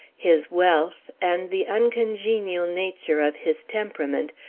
his wealth, and the uncongenial nature of his temperament,